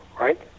right